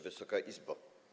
Wysoka Izbo!